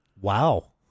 Wow